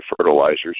fertilizers